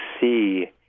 see